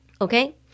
Okay